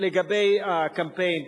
לגבי הקמפיין,